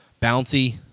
bouncy